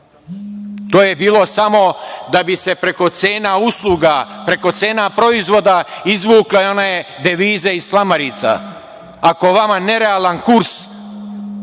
je bilo samo da bi se preko cena usluga, preko cena proizvoda izvukli one devize iz slamarica. Ako je vama nerealan kurs,